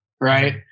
right